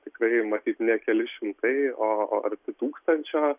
tikrai matyt ne keli šimtai o arti tūkstančio